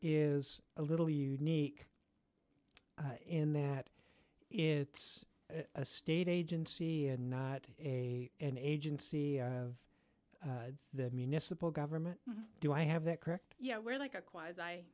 is a little unique in that it's a state agency and not a an agency of the municipal government do i have that correct yeah we're like a